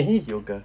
eh yoga